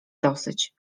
dosyć